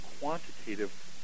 quantitative